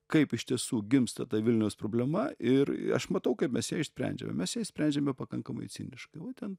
kaip iš tiesų gimsta ta vilniaus problema ir aš matau kaip mes ją išsprendžiame mes ją išsprendžiame pakankamai ciniškai va ten